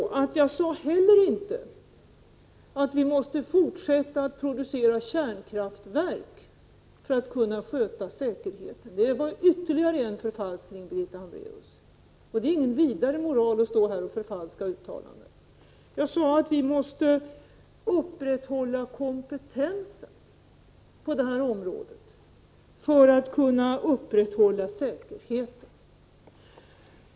Jag sade heller inte att vi måste fortsätta att producera kärnkraftverk för att kunna sköta säkerheten. Det var ytterligare en förfalskning, Birgitta Hambraeus. Det är ingen vidare moral att stå här och förfalska uttalanden. Jag sade att vi måste upprätthålla kompetensen på detta område för att kunna upprätthålla säkerheten.